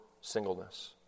singleness